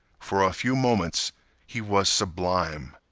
for a few moments he was sublime.